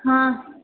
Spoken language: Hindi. हाँ